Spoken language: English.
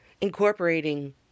incorporating